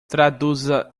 traduza